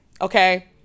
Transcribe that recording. Okay